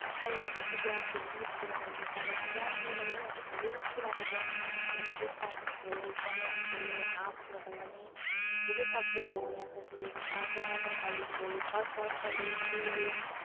असल विद्यार्थीहरू निस्केर गइरहेको छ र ज्ञान लिन पनि हामी धेरै कुराको ज्ञान लिन सक्छौँ त्यो साइन्स भयो कमर्स भयो आर्ट्सबाट भने धेरै सब्जेक्टहरूको यहाँ फेसिलिटी छ सोनादा कलेज भयो कर्सियङ कलेज मिरिक